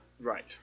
Right